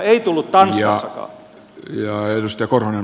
ei tullut tanskassakaan